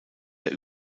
der